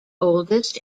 oldest